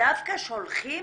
שדווקא שולחים